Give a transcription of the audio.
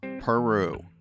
Peru